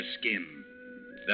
skin